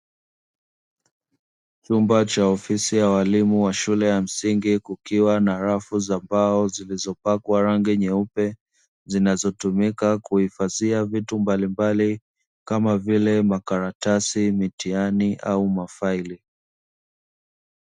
Chumba cha ofisi cha walimu wa shule ya msingi, kukiwa na rafu za mbao zilizopakwa rangi nyeupe, zinazotumika kuhifadhia vitu mbalimbali, kama vile; makaratasi, mitihani au mafaili.